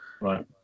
Right